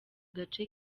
gace